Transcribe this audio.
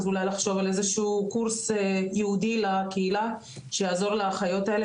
אז אולי לחשוב על איזשהו קורס ייעודי לקהילה שיעזור לאחיות האלה.